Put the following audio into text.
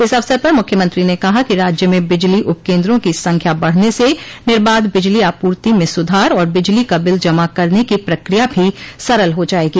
इस अवसर पर मुख्यमंत्री ने कहा कि राज्य में बिजली उपकेन्द्रों की संख्या बढ़ने से निर्बाध बिजली आपूर्ति में सुधार और बिजली का बिल जमा करने की प्रक्रिया भी सरल हा जायेगी